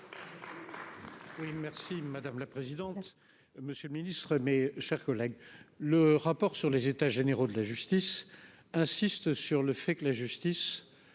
merci madame la présidente, monsieur le Ministre, mes chers collègues, le rapport sur les états généraux de la justice, insiste sur le fait que la justice